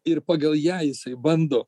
ir pagal ją jisai bando